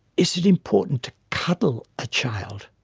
is it important to cuddle a child?